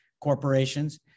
corporations